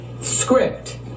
script